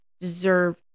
deserve